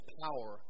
power